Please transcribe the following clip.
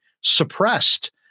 suppressed